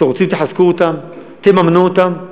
אתם רוצים, תחזקו אותם, תממנו אותם.